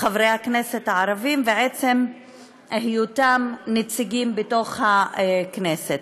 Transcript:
חברי הכנסת הערבים ועצם היותם נציגים בתוך הכנסת.